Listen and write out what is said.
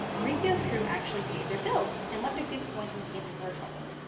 mauricio's crew actually paid their bill and left a few coins on the table for her trouble.